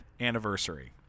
anniversary